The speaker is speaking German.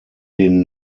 den